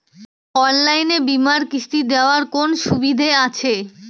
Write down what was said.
অনলাইনে বীমার কিস্তি দেওয়ার কোন সুবিধে আছে?